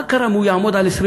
מה קרה אם הוא יעמוד על 28%?